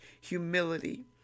humility